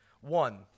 One